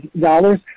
dollars